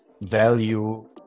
value